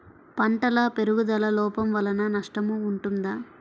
పంటల పెరుగుదల లోపం వలన నష్టము ఉంటుందా?